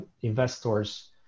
investors